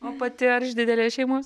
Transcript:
o pati ar iš didelės šeimos